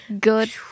good